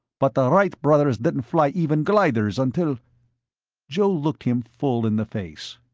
but the wright brothers didn't fly even gliders until joe looked him full in the face.